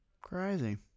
Crazy